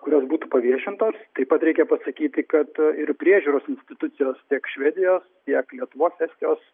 kurios būtų paviešintos taip pat reikia pasakyti kad ir priežiūros institucijos tiek švedijos tiek lietuvos estijos